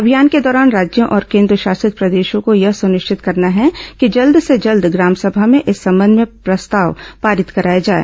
अभियान के दौरान राज्यों और केंद्रशासित प्रदेशों को यह सुनिश्चित करना है कि जल्द से जल्द ग्राम समा में इस संबंध में प्रस्ताव पारित कराया जाये